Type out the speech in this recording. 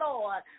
Lord